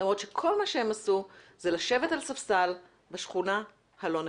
למרות שכל מה שהם עשו זה לשבת על ספסל בשכונה הלא נכונה.